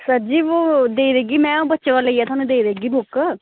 sir देई देगी में बच्चें कोला लेइयै देई देगी में बुक